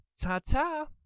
Ta-ta